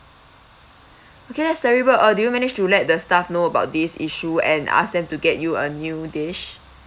okay that's terrible uh did you manage to let the staff know about this issue and ask them to get you a new dish